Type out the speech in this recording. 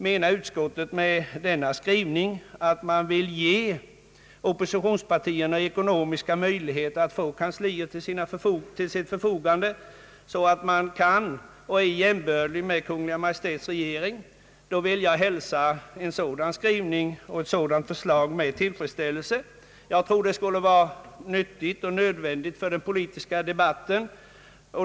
Menar utskottet med denna skrivning att man vill ge oppositionspartierna ekonomiska möjligheter att få kanslier till sitt förfogande, så att de är jämbördiga med Kungl. Maj:ts regering, då vill jag hälsa ett sådant förslag med tillfredsställelse. Jag tror det vore nyttigt och nödvändigt för den politiska debatten.